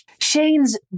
Shane's